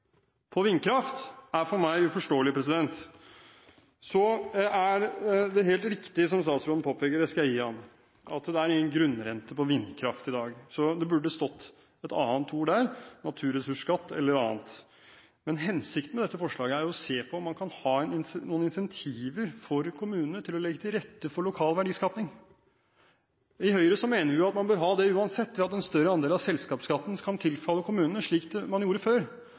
på vindkraft, er for meg uforståelig. Så er det helt riktig som statsråden påpeker – det skal jeg gi ham – at det er ingen grunnrente på vindkraft i dag, så det burde stått et annet ord der, naturressursskatt eller annet. Men hensikten med dette forslaget er å se på om man kan ha noen insentiver for kommunene til å legge til rette for lokal verdiskaping. I Høyre mener vi at man bør ha det uansett ved at en større del av selskapsskatten kan tilfalle kommunene, slik den gjorde før.